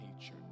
nature